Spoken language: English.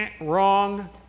wrong